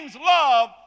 love